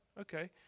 Okay